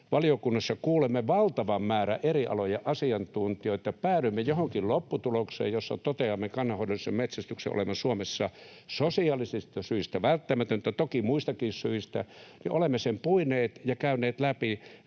valiokunnassa kuulemme valtavan määrän eri alojen asiantuntijoita ja päädymme johonkin lopputulokseen, jossa toteamme kannanhoidollisen metsästyksen olevan Suomessa sosiaalisista syistä välttämätöntä — toki muistakin syistä — niin olemme sen puineet ja käyneet läpi,